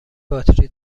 باتری